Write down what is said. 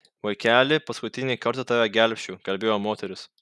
vaikeli paskutinį kartą tave gelbsčiu kalbėjo moteris